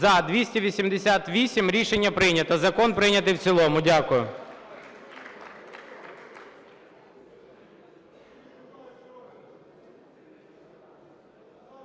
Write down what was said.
За-288 Рішення прийнято. Закон прийнятий в цілому. Дякую.